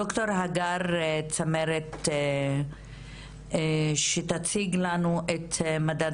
דוקטור הגר צמרת שתציג לנו את מדד